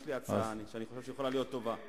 יש לי הצעה שאני חושב שיכולה להיות טובה.